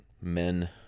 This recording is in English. Men